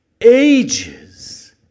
ages